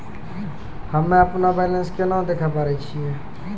हम्मे अपनो बैलेंस केना देखे पारे छियै?